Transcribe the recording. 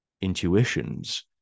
intuitions